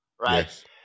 Right